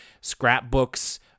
scrapbooks